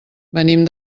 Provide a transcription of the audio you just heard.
venim